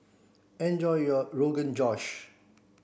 enjoy your Rogan Josh